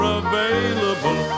available